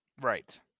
Right